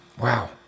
Wow